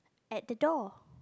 at the door